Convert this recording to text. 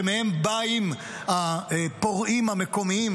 שמהן באים הפורעים המקומיים,